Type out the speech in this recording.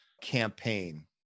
campaign